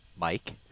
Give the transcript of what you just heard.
Mike